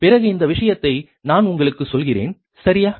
பிறகு இந்த விஷயத்தை நான் உங்களுக்குச் சொல்கிறேன் சரியா